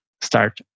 start